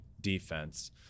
defense